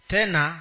Tena